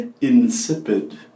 Insipid